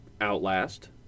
Outlast